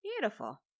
Beautiful